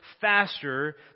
faster